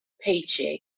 paycheck